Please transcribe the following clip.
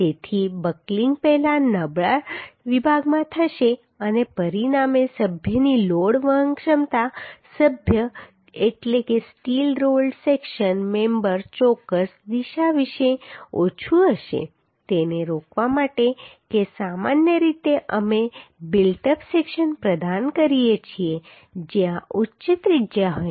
તેથી બકલિંગ પહેલા નબળા વિભાગમાં થશે અને પરિણામે સભ્યની લોડ વહન ક્ષમતા સભ્ય એટલે કે સ્ટીલ રોલ્ડ સેક્શન મેમ્બર ચોક્કસ દિશા વિશે ઓછું હશે તેને રોકવા માટે કે સામાન્ય રીતે અમે બિલ્ટ અપ સેક્શન પ્રદાન કરીએ છીએ જ્યાં ઉચ્ચ ત્રિજ્યા હોય